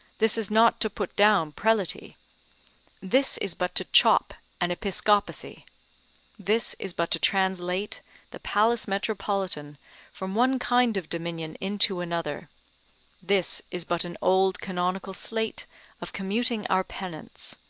this is not to put down prelaty this is but to chop an episcopacy this is but to translate the palace metropolitan from one kind of dominion into another this is but an old canonical sleight of commuting our penance.